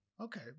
Okay